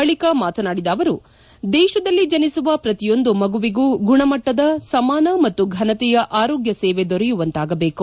ಬಳಕ ಮಾತನಾಡಿದ ಅವರು ದೇಶದಲ್ಲಿ ಜನಿಸುವ ಪ್ರತಿಯೊಂದು ಮಗುವಿಗೂ ಗುಣಮಟ್ಟದ ಸಮಾನ ಮತ್ತು ಫನತೆಯ ಆರೋಗ್ಯ ಸೇವೆ ದೊರೆಯುವಂತಾಗಬೇಕು